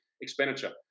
expenditure